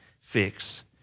fix